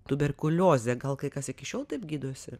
tuberkuliozė gal kai kas iki šiol taip gydosi